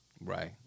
Right